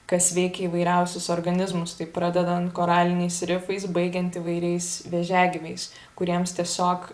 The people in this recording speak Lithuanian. kas veikia įvairiausius organizmus tai pradedant koraliniais rifais baigiant įvairiais vėžiagyviais kuriems tiesiog